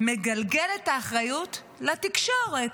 מגלגל את האחריות לתקשורת.